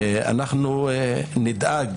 אנו נדאג